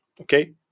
Okay